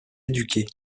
éduquer